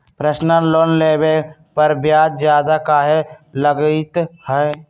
Personal loan लेबे पर ब्याज ज्यादा काहे लागईत है?